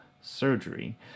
surgery